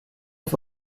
auf